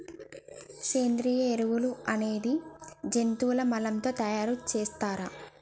సేంద్రియ ఎరువులు అనేది జంతువుల మలం తో తయార్ సేత్తర్